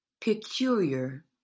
peculiar